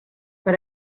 per